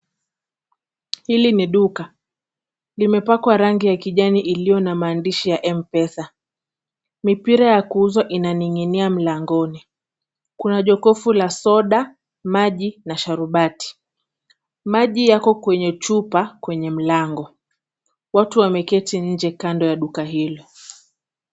Hili ni duka, limepakwa rangi ya kijani iliyo na maandishi ya Mpesa, mipira ya kuuzwa inaning'inia mlangoni, kuna jokofu la soda, maji na sharubati. Maji yako kwenye chupa kwenye mlango. Watu wameketi nje kando ya duka hilo.